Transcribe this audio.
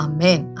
Amen